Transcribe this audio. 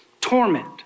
torment